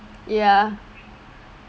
ya